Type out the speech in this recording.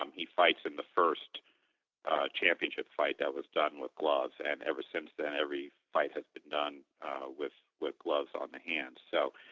um he fights in the first championship fight that was done with gloves. and ever since then every fight has been done with with gloves on the hands so,